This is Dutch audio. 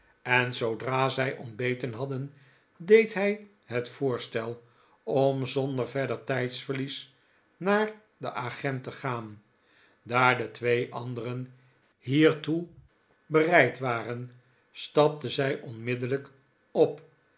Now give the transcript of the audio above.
en zoodra zij ontbeten hadden deed hij het voorstel om zonder verder tijdverlies naar den agent te gaan daar de twee anderen hiertoe bereid waren stapten zij onmiddellrjk op